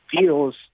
feels